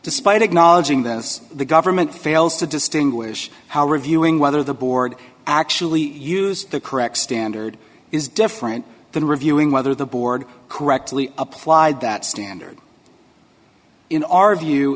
despite acknowledging that as the government fails to distinguish how reviewing whether the board actually used the correct standard is different than reviewing whether the board correctly applied that standard in our view